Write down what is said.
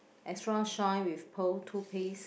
extra shine with pearl toothpaste